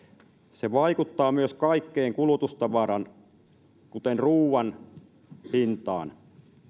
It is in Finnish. se vaikuttaa myös kaikkeen kulutustavaraan kuten ruoan hintaan